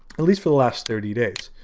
at least for the last thirty days.